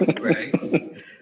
right